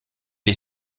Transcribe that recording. est